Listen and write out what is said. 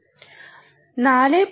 4